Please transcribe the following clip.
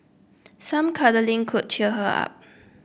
some cuddling could cheer her up